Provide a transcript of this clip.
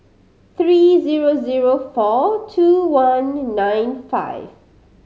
three zero zero four two one nine five